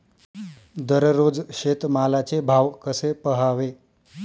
दररोज शेतमालाचे भाव कसे पहावे?